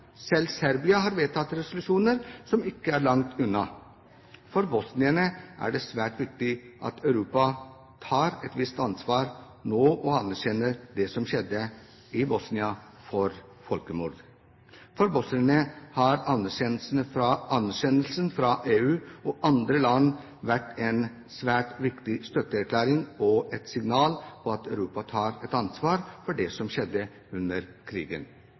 Selv Serbia har vedtatt resolusjoner som ikke er langt unna. For bosnierne er det svært viktig at Europa tar et visst ansvar nå og anerkjenner det som skjedde i Bosnia, som folkemord. For bosnierne har anerkjennelsen fra EU og andre land vært en svært viktig støtteerklæring, og et signal om at Europa tar ansvar for det som skjedde under krigen.